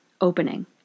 opening